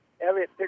Elliott